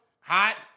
Hot